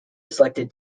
selected